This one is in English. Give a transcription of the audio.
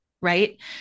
Right